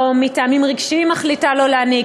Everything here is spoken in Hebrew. או שמטעמים רגשיים היא מחליטה לא להניק,